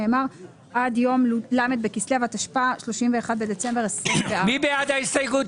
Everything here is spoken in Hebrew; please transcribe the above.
נאמר עד יום ל' בכסלו התשפ"ה (31 בדצמבר 2024)". מי בעד ההסתייגות?